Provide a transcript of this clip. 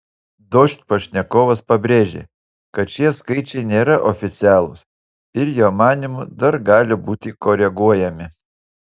dožd pašnekovas pabrėžė kad šie skaičiai nėra oficialūs ir jo manymu dar gali būti koreguojami